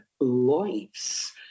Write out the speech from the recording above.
lives